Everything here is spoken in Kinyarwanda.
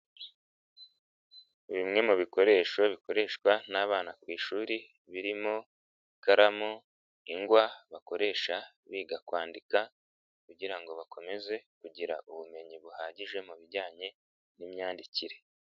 Bimwe mu bikoresho bikoreshwa n'abana ku ishuri birimo: ikaramu, ingwa bakoresha biga kwandika kugira ngo bakomeze kugira ubumenyi buhagije mu bijyanye n'imyandikire.